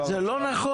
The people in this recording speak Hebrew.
זה לא נכון.